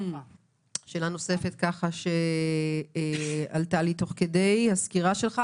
שאלה נוספת שעלתה לי תוך כדי הסקירה שלנו.